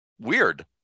weird